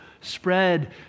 spread